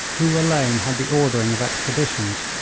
who alone had the ordering of expeditions,